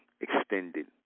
extended